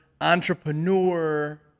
entrepreneur